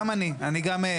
גם אני, אני גם אשם בדבר.